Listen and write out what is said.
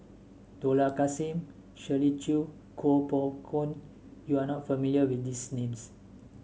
Dollah Kassim Shirley Chew Kuo Pao Kun you are not familiar with these names